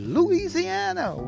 Louisiana